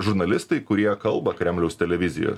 žurnalistai kurie kalba kremliaus televizijose